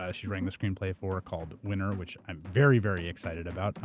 but she's writing the screenplay for it, called winner, which i'm very, very excited about.